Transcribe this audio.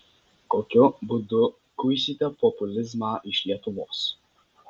kokiu būdu guisite populizmą iš lietuvos